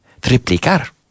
Triplicar